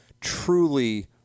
truly